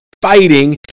Fighting